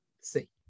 See